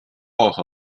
昭和